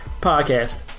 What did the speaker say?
Podcast